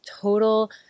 total